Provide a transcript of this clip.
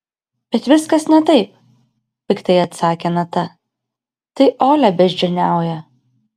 bet viskas ne taip piktai atsakė nata tai olia beždžioniauja